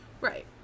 right